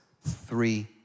three